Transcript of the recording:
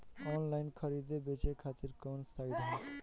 Online खरीदे बेचे खातिर कवन साइड ह?